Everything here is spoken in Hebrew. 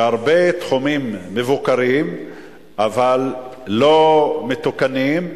שהרבה תחומים מבוקרים אבל לא מתוקנים,